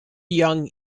young